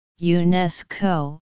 UNESCO